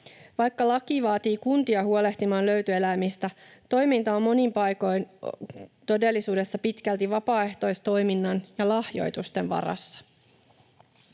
Vaikka laki vaatii kuntia huolehtimaan löytöeläimistä, toiminta on monin paikoin todellisuudessa pitkälti vapaaehtoistoiminnan ja lahjoitusten varassa.